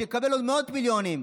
שיקבל עוד מאות מיליונים.